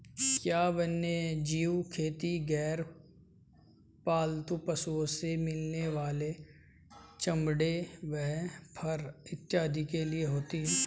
क्या वन्यजीव खेती गैर पालतू पशुओं से मिलने वाले चमड़े व फर इत्यादि के लिए होती हैं?